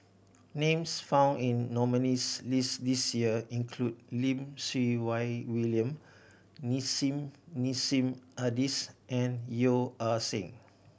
names found in nominees' list this year include Lim Siew Wai William Nissim Nassim Adis and Yeo Ah Seng